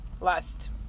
last